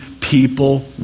People